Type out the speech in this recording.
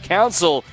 Council